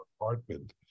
apartment